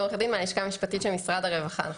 עורכת דין מהלשכה המשפטית של משרד הרווחה.